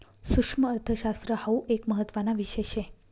सुक्ष्मअर्थशास्त्र हाउ एक महत्त्वाना विषय शे